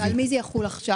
על מי זה יחול עכשיו?